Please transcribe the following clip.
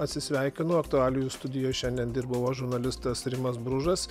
atsisveikinu aktualijų studijoj šiandien dirbau aš žurnalistas rimas bružas